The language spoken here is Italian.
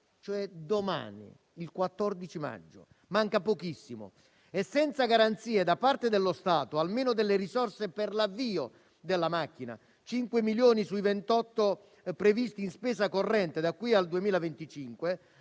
firma del contratto e manca pochissimo. Senza garanzie da parte dello Stato almeno delle risorse per l'avvio della macchina (5 milioni di euro sui 28 previsti in spesa corrente da qui al 2025),